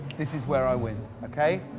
this is where i win, okay?